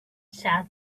said